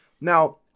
Now